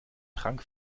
trank